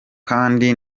kandi